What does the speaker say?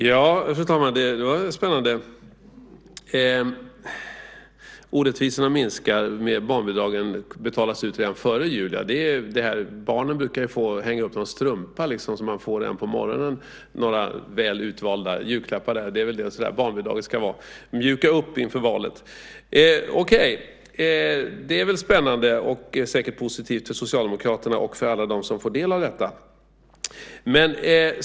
Fru talman! Det var spännande att orättvisorna minskar när barnbidragen betalas ut redan före jul. Ja, barnen brukar ju hänga upp en strumpa så att de får några väl utvalda julklappar på morgonen. Det är väl så barnbidraget ska fungera, att det ska mjuka upp inför valet. Okej, det är väl spännande och säkert positivt för Socialdemokraterna och för alla dem som får del av detta.